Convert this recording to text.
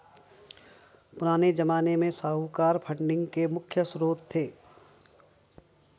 पुराने ज़माने में साहूकार फंडिंग के मुख्य श्रोत थे